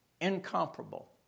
Incomparable